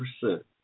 percent